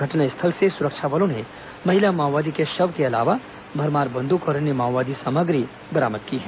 घटनास्थल से सुरक्षा बलों ने महिला माओवादी के शव के अलावा भरमार बंदूक और अन्य माओवादी सामग्री बरामद की है